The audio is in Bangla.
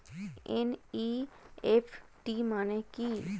এন.ই.এফ.টি মানে কি?